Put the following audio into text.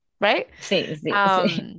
right